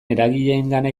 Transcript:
eragileengana